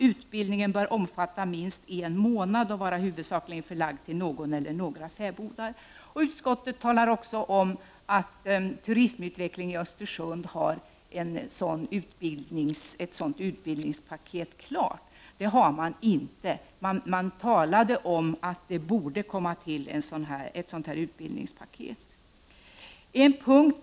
Utbildningen bör omfatta minst en månad och vara förlagd huvudsakligen till någon eller några fäbodar. Utskottet talar också om att Stiftelsen Turismutveckling i Östersund har ett sådant utbildningspaket klart. Det har stiftelsen inte. Det har talats om att ett sådant utbildningspaket borde tas fram.